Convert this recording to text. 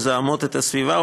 מזהמות את הסביבה,